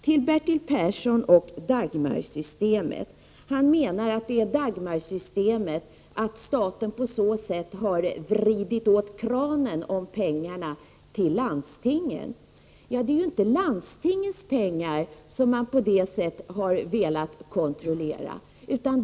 Till Bertil Persson vill jag säga några ord om Dagmarsystemet. Han menar att staten genom Dagmarsystemet har vridit åt kranen om pengarna till landstingen. Men det är ju inte landstingens pengar som man på det sättet har velat kontrollera.